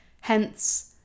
hence